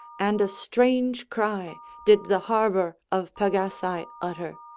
and a strange cry did the harbour of pagasae utter,